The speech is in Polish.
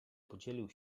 podzielił